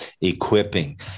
equipping